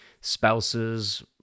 spouses